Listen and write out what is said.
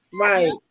Right